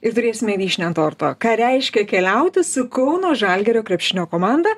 ir turėsime vyšnią ant torto ką reiškia keliauti su kauno žalgirio krepšinio komanda